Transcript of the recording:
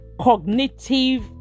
cognitive